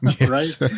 right